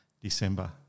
December